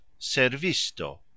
SERVISTO